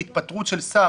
מהתפטרות של שר,